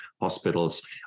hospitals